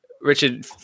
Richard